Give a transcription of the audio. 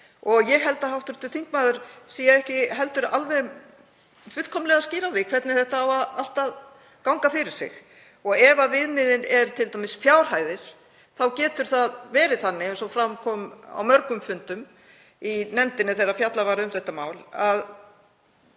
Ég held að hv. þingmaður sé ekki heldur alveg fullkomlega skýr á því hvernig þetta á allt að ganga fyrir sig. Ef viðmiðið er t.d. fjárhæðir þá getur það verið þannig, eins og fram kom á mörgum fundum í nefndinni þegar fjallað var um þetta mál, að